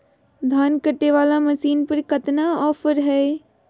धान कटे बाला मसीन पर कतना ऑफर हाय?